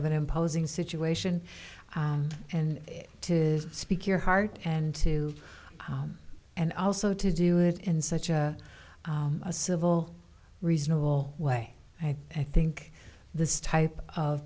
of an imposing situation and to speak your heart and to and also to do it in such a a civil reasonable way i think this type of